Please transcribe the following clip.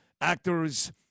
actors